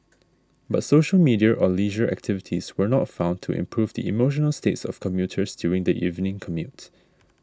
but social media or leisure activities were not found to improve the emotional states of commuters during the evening commute